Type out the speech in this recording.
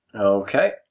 Okay